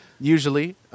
usually